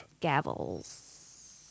Gavels